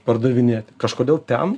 pardavinėti kažkodėl ten